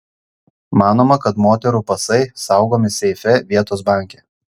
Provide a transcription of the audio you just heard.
manoma kad moterų pasai saugomi seife vietos banke